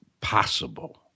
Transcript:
possible